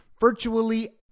Virtually